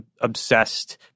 obsessed